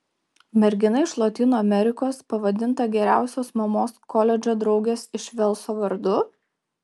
mergina iš lotynų amerikos pavadinta geriausios mamos koledžo draugės iš velso vardu